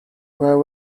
were